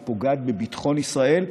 והיא פוגעת בביטחון ישראל.